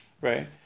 Right